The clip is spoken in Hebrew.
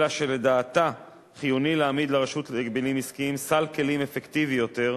אלא שלדעתה חיוני להעמיד לרשות להגבלים עסקיים סל כלים אפקטיבי יותר.